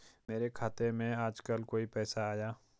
मेरे खाते में आजकल कोई पैसा आया?